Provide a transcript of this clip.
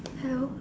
hello